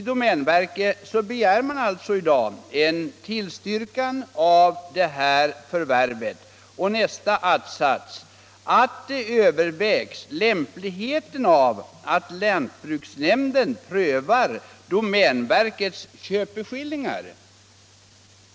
Domänverket har i detta fall begärt en tillstyrkan av förvärvet och därvid även hemställt ”att det övervägs lämpligheten av att lantbruksnämnden prövar domänverkets köpeskillingar”.